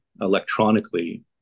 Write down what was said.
electronically